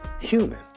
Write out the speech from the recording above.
human